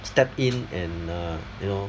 step in and err you know